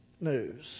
news